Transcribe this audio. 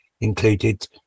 included